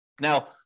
Now